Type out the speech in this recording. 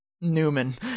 newman